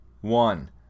one